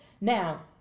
now